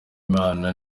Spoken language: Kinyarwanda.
imana